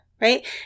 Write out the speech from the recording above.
Right